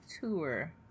tour